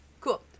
Cool